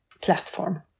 platform